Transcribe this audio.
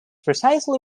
precisely